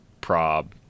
Prob